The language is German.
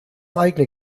eigene